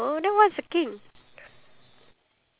oh uh miss karen